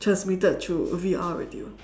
transmitted through V_R already [what]